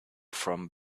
from